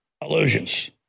illusions